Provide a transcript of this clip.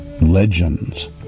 legends